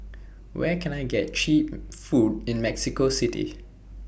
Where Can I get Cheap Food in Mexico City